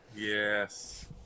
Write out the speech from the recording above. Yes